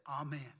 Amen